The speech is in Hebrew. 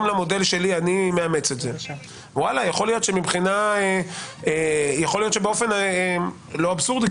למודל שלו הוא מאמץ את זה - יכול להיות שבאופן לא אבסורדי,